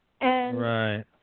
Right